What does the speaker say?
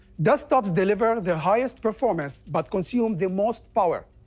desktops deliver the highest performance but consume the most power.